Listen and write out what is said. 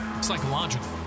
psychological